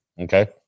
Okay